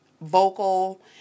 vocal